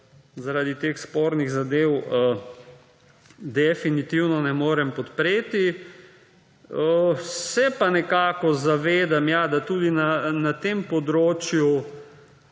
zaradi teh spornih zadev definitivno ne morem podpreti, se pa nekako zavedam, ja; da tudi na tem področju,